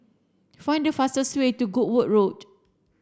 find the fastest way to Goodwood Road